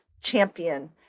champion